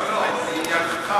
אין שר.